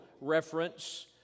reference